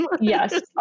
Yes